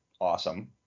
Awesome